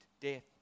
death